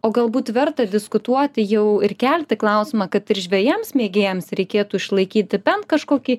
o galbūt verta diskutuoti jau ir kelti klausimą kad ir žvejams mėgėjams reikėtų išlaikyti bent kažkokį